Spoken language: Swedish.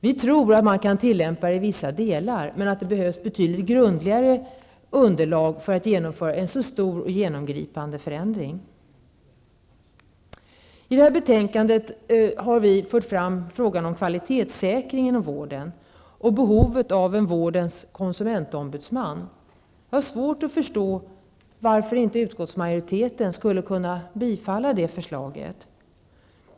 Vi tror att det kan tillämpas i vissa delar, men att det behövs ett betydligt grundligare underlag för att man skall kunna genomföra en så stor och genomgripande förändring. I det här betänkandet har vi fört fram frågan om kvalitetssäkring inom vården och behovet av en vårdens konsumentombudsman. Jag har svårt att förstå varför utskottsmajoriteten inte kan tillstyrka det förslaget.